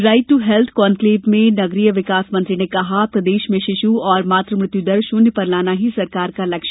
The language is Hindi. राइट ट्र हेल्थ कान्क्लेव में नगरीय विकास मंत्री ने कहा प्रदेश में शिशु और मातृ मृत्यु दर शून्य पर लाना ही सरकार का लक्ष्य